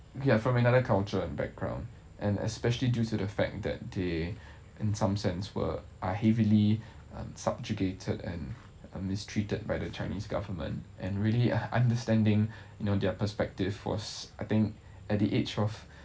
ya from another culture and background and especially due to the fact that the in some sense were are heavily um subjugated and um mistreated by the chinese government and really understanding you know their perspective was I think at the age of